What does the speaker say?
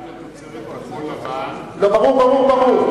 גם לתוצרת כחול-לבן, לא, ברור, ברור.